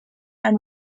and